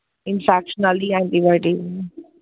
infection आह्ली antibiotic